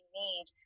need